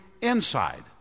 inside